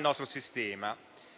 nostro sistema.